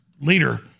leader